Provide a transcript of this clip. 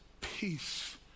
peace